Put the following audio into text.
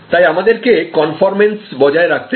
তাই আমাদেরকে কনফর্মন্স বজায় রাখতে হবে